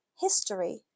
history